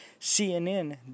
CNN